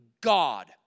God